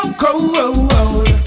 cold